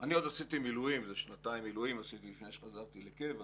אני עוד עשיתי שנתיים מילואים לפני שחזרתי לקבע